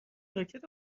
راکت